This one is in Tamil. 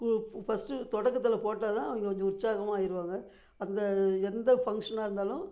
ஃபஸ்ட்டு தொடக்கத்தில் போட்டால்தான் அவங்க கொஞ்சம் உற்சாகமாக ஆயிடுவாங்க அந்த எந்த ஃபங்ஷனாக இருந்தாலும்